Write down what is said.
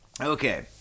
Okay